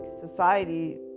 society